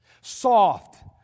Soft